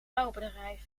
bouwbedrijf